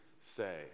say